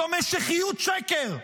זו משיחיות שקר.